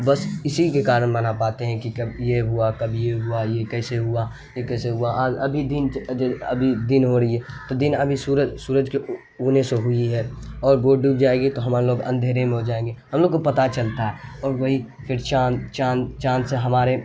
بس اسی کے کارن منا پاتے ہیں کہ کب یہ ہوا کب یہ ہوا یہ کیسے ہوا یہ کیسے ہوا ابھی دن ابھی دن ہو رہی ہے تو دن ابھی سورج سورج کے اگنے سے ہوئی ہے اور وہ ڈوب جائے گی تو ہمارے لوگ اندھیرے میں ہو جائیں گے ہم لوگوں کو پتا چلتا ہے اور وہی پھر چاند چاند چاند سے ہمارے